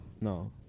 No